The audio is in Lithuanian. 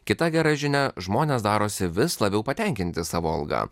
kita gera žinia žmonės darosi vis labiau patenkinti savo alga